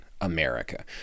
America